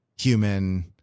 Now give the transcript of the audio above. human